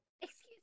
Excuse